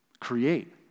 create